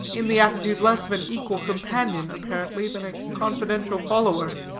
in the attitude less of an equal companion apparently than a confidential follower.